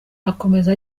akomeza